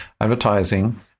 advertising